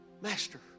Master